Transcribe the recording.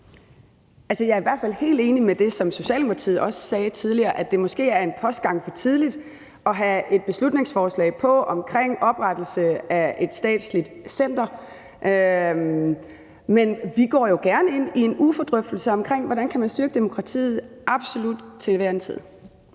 jeg er i hvert fald helt enig i det, som Socialdemokratiet også sagde tidligere: at det måske er en postgang for tidligt at have et beslutningsforslag på om oprettelse af et statsligt center. Men vi går jo gerne ind i en drøftelse i Udvalget for Forretningsordenen om, hvordan man kan styrke demokratiet – absolut, til hver en tid.